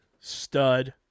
Stud